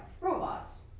robots